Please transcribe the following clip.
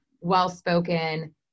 well-spoken